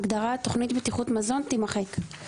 ההגדרה "תוכנית בטיחות מזון" - תימחק,